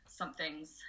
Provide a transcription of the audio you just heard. something's